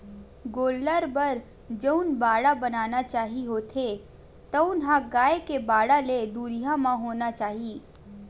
गोल्लर बर जउन बाड़ा बनाना चाही होथे तउन ह गाय के बाड़ा ले दुरिहा म होना चाही